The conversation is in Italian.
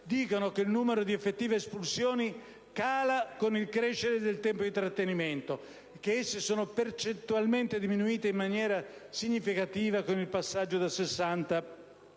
dicono che il numero di effettive espulsioni cala con il crescere del tempo di trattenimento e che esse sono percentualmente diminuite in misura significativa già con il passaggio da 60